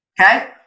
Okay